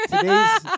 Today's